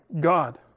God